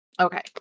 Okay